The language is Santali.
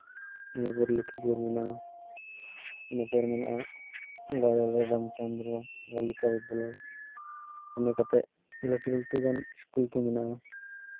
ᱤᱱᱟᱹᱯᱚᱨ ᱞᱚᱠᱠᱷᱤᱯᱩᱨ ᱢᱮᱱᱟᱜᱼᱟ ᱤᱱᱟᱹᱯᱚᱨ ᱢᱮᱱᱟᱜᱼᱟ ᱜᱟᱡᱚᱞ ᱨᱮ ᱨᱟᱢᱪᱚᱸᱫᱽᱨᱚ ᱵᱟᱹᱞᱤᱠᱟ ᱵᱤᱫᱽᱫᱟᱞᱚᱭ ᱤᱱᱟᱹ ᱠᱟᱛᱮᱫ ᱞᱟᱹᱴᱩ ᱞᱟᱹᱴᱩ ᱜᱟᱱ ᱥᱠᱩᱞ ᱠᱚ ᱢᱮᱱᱟᱜᱼᱟ